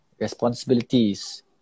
responsibilities